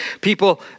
People